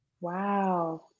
Wow